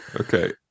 okay